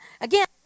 again